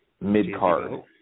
mid-card